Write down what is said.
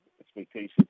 expectations